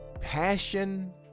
Passion